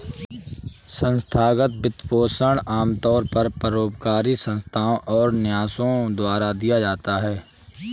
संस्थागत वित्तपोषण आमतौर पर परोपकारी संस्थाओ और न्यासों द्वारा दिया जाता है